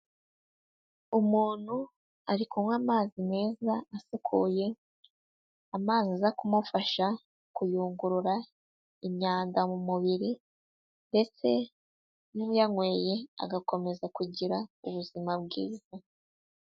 Umuntu ari kunywa amazi meza asukuye, amazi aza kumufasha kuyungurura inyanda mu mubiri ndetse n'uyanyweye agakomeza kugira ubuzima bwiza.